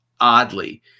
oddly